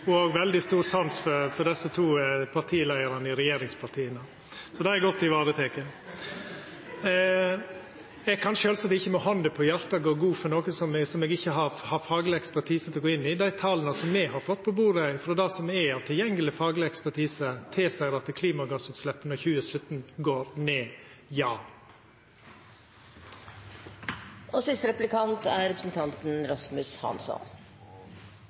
ho har veldig stor sans for dei to partileiarane i regjeringspartia. Så der er eg godt vareteken. Eg kan sjølvsagt ikkje med handa på hjartet gå god for noko som eg ikkje har fagleg ekspertise til å gå inn i. Dei tala som me har fått på bordet av det som er av tilgjengeleg fagleg ekspertise, tilseier at klimagassutsleppa i 2017 går ned.